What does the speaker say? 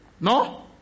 No